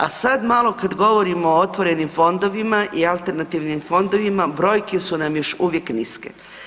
A sad malo kad govorimo o otvorenim fondovima i alternativnim fondovima, brojke su nam još uvijek niske.